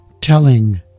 telling